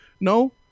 no